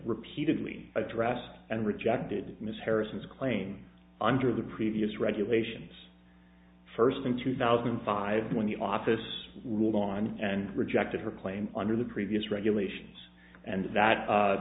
repeatedly addressed and rejected ms harrison's claim under the previous regulations first in two thousand and five when the office ruled on and rejected her claim under the previous regulations and that